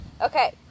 Okay